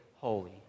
holy